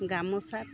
গামোচাত